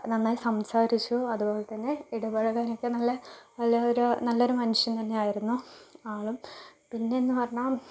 നന്നായി സംസാരിച്ചു അതുപോലെതന്നെ ഇടപഴകാനൊക്കെ നല്ല നല്ലൊരു നല്ലൊരു മനുഷ്യൻ തന്നെയായിരുന്നു ആളും പിന്നെന്ന് പറഞ്ഞാൽ